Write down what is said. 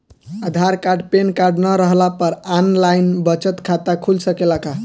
आधार card PAN card न रहला पर आन लाइन बचत खाता खुल सकेला का?